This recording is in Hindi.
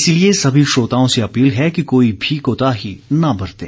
इसलिए सभी श्रोताओं से अपील है कि कोई भी कोताही न बरतें